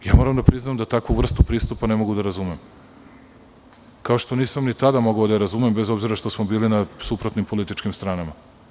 Moram da priznam da takvu vrstu pristupa ne mogu da razumem, kao što nisam ni tada mogao da je razumem, bez obzira što smo bili na suprotnim političkim stranama.